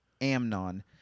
Amnon